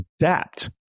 adapt